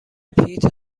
پیت